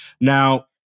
Now